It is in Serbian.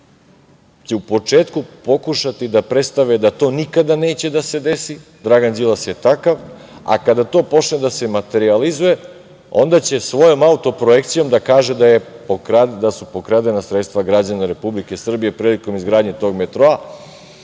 će u početku pokušati da predstave da to nikad neće da se desi, Dragan Đilas je takav, a kad to počne da se materijalizuje onda će svojom autoprojekcijom da kaže da su pokradena sredstva građana Republike Srbije prilikom izgradnje tog metroa.